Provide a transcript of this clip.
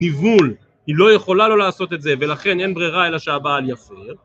ניוול היא לא יכולה לו לעשות את זה, ולכן אין ברירה אלא שהבעל יפר